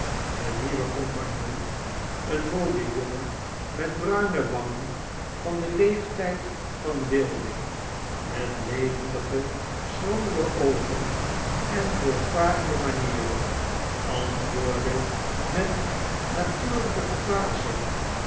de nieuwe compagnon eenmooiejongenmet bruine wangen van den leeftyd van wilding met levendige schrandere oogen en voortvarende manieren antwoordde met natuurlpe verbazing